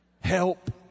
Help